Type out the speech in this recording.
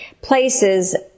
places